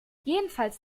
jedenfalls